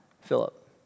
Philip